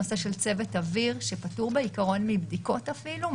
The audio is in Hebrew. הנושא של צוות אוויר שפטור בעקרון מבדיקות אפילו?